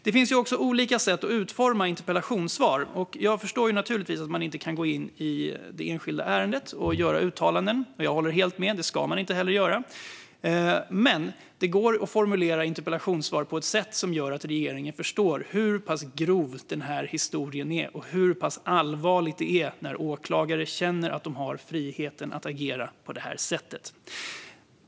Det finns också olika sätt att utforma interpellationssvar. Jag förstår naturligtvis att man inte kan gå in i det enskilda ärendet och göra uttalanden, och jag håller helt med om att man inte heller ska det, men det går att formulera interpellationssvar på ett sätt som gör det tydligt att regeringen förstår hur grov den här historien är och hur allvarligt det är när åklagare känner att de har friheten att agera på det här sättet.